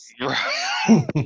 Right